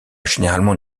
généralement